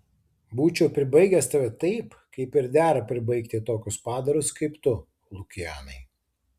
būčiau pribaigęs tave taip kaip ir dera pribaigti tokius padarus kaip tu lukianai